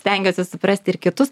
stengiuosi suprasti ir kitus